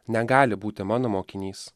negali būti mano mokinys